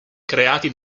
creati